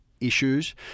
issues